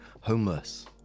homeless